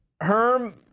herm